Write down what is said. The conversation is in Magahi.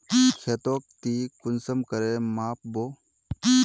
खेतोक ती कुंसम करे माप बो?